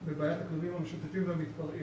בבעיית הכלבים המשוטטים והמתפרעים.